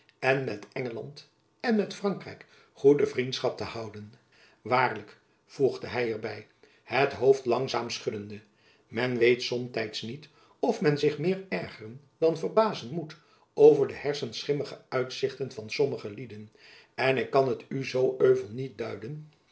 én met engeland én met frankrijk goede vriendschap te houden waarlijk voegde hy er by het hoofd langzaam schuddende men weet somtijds niet of men zich meer ergeren dan verbazen moet over de hersenschimmige uitzichten van sommige lieden en ik kan het u zoo euvel niet duiden